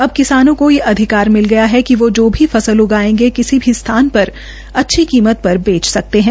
अब किसानों को ये अधिकार मिल गया है कि वो जो भी फसल उगायेगें किसी भी स्थान पर अच्छी कीमत पर बेच सकते हे